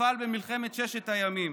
נפל במלחמת ששת הימים.